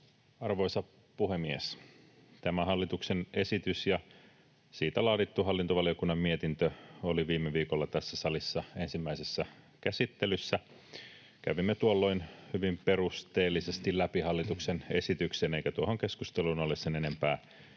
Arvoisa puhemies! Tämä hallituksen esitys ja siitä laadittu hallintovaliokunnan mietintö olivat viime viikolla tässä salissa ensimmäisessä käsittelyssä. Kävimme tuolloin hyvin perusteellisesti läpi hallituksen esityksen, eikä tuohon keskusteluun ole sen enempää